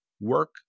work